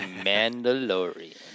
Mandalorian